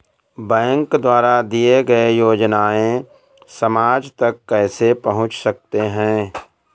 Bank द्वारा दिए गए योजनाएँ समाज तक कैसे पहुँच सकते हैं?